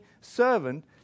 servant